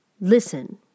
Listen